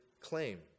claim